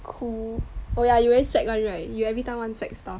cool oh yah you very swag [one] right you everytime want swag stuff